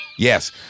Yes